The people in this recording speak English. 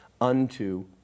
unto